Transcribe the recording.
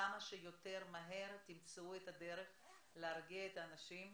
תמצאו כמה שיותר את הדרך להרגיע את האנשים,